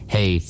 Hey